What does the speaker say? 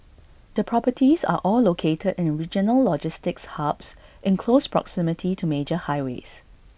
the properties are all located in regional logistics hubs in close proximity to major highways